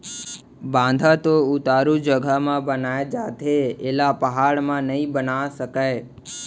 बांधा तो उतारू जघा म बनाए जाथे एला पहाड़ म नइ बना सकय